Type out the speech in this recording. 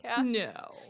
No